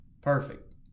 Perfect